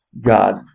God